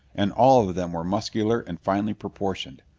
and all of them were muscular and finely proportioned.